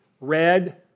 red